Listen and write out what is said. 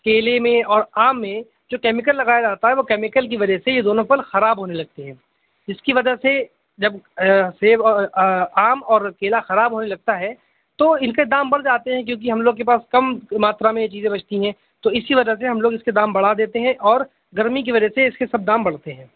کیلے میں اور آم میں جو کیمیکل لگایا جاتا ہے وہ کیمیکل کی وجہ سے یہ دونوں پھل خراب ہونے لگتے ہیں اس کی وجہ سے جب سیب اور آم اور کیلا خراب ہونے لگتا ہے تو ان کے دام بڑھ جاتے ہیں کیونکہ ہم لوگ کے پاس کم ماترا میں چیزیں بچتی ہیں تو اسی وجہ سے ہم لوگ اس کے دام بڑھا دیتے ہیں اور گرمی کی وجہ سے اس کے سب دام بڑھتے ہیں